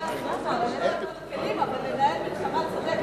לא לשבור את כל הכלים אבל לנהל מלחמה צודקת.